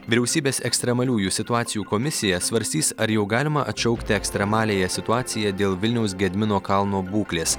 vyriausybės ekstremaliųjų situacijų komisija svarstys ar jau galima atšaukti ekstremaliąją situaciją dėl vilniaus gedimino kalno būklės